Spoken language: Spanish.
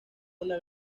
una